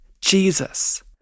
Jesus